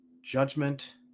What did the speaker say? judgment